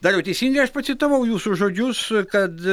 dariau teisingai aš pacitavau jūsų žodžius kad